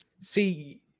See